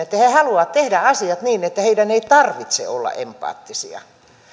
että he haluavat tehdä asiat niin että heidän ei tarvitse olla empaattisia